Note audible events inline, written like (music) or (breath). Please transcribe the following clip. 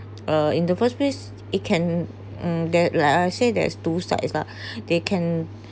uh in the first place it can mm there like I say there's two sides la (breath) they can